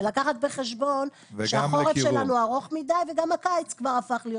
ולקחת בחשבון שהחורף שלנו ארוך מידי וגם הקיץ כבר הפך להיות